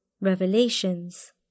Revelations